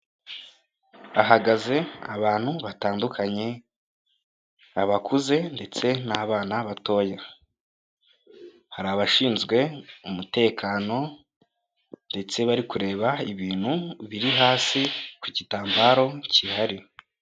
Hahagaze abantu batandukanye abakuze ndetse n'abana batoya. Hari abashinzwe umutekano ndetse barikureba ibintu biri hasi ku gitambaro gihari.